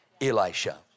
Elisha